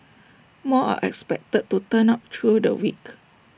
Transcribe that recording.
more are expected to turn up through the week